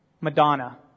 Madonna